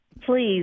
please